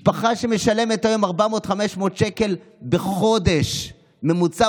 משפחה שמשלמת היום 500-400 שקל בחודש בממוצע